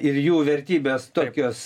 ir jų vertybės tokios